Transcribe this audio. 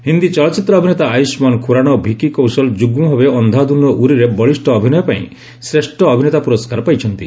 ହିନ୍ଦୀ ଚଳଚ୍ଚିତ୍ର ଅଭିନେତା ଆୟୁଷ୍ମାନ ଖୁରାନା ଓ ଭିକି କୌଶଲ ଯୁଗ୍ମ ଭାବେ ଅନ୍ଧାଧନ ଓ ଉରିରେ ବଳିଷ୍ଠ ଅଭିନୟ ପାଇଁ ଶ୍ରେଷ ଅଭିନେତା ପୁରସ୍କାର ପାଇଛନ୍ତି